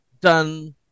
done